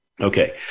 Okay